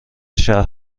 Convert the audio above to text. شهر